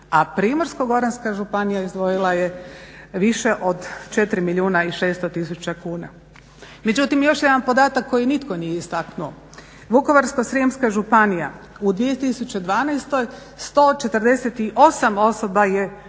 a Primorsko-goranska županija izdvojila je više od 4 milijuna i 600 tisuća kuna. Međutim, još je jedan podatak koji nitko nije istaknuo. Vukovarsko-srijemska županija u 2012. 148 osoba je liječeno,